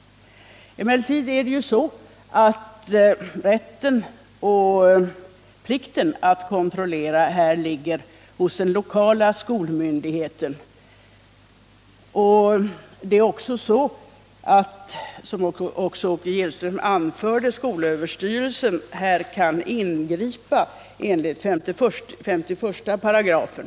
Emellertid är det så, att rätten och plikten att kontrollera här ligger hos den lokala skolmyndigheten. Skolöverstyrelsen kan också, som Åke Gillström anförde, ingripa enligt 51 §.